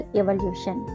evolution